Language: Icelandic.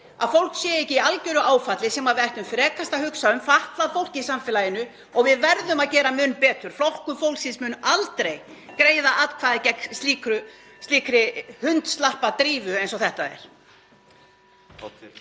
að fólk sé ekki í algeru áfalli, fólk sem við ættum frekast að hugsa um, fatlað fólk í samfélaginu. Við verðum að gera mun betur. Flokkur fólksins mun aldrei greiða atkvæði með slíkri hundslappadrífu eins og þetta er.